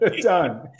Done